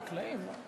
חקלאים.